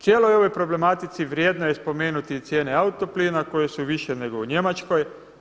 Cijeloj ovoj problematici vrijedno je spomenuti i cijene auto plina koje su više nego u Njemačkoj.